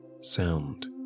sound